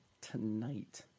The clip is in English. tonight